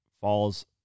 falls